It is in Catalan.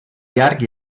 llarg